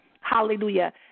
Hallelujah